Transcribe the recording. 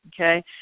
Okay